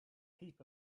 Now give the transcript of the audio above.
heap